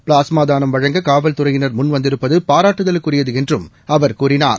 plasma தானம் வழங்க காவல்துறையினர் முன் வந்திருப்பது பாராட்டுதலுக்குரியது என்றும் அவர் கூறினார்